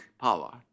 power